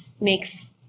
makes